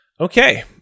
Okay